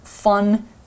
fun